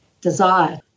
desire